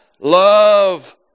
love